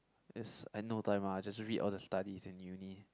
it's I no time ah I just read all the studies in uni